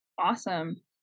Awesome